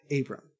Abram